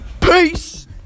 peace